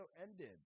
ended